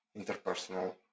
interpersonal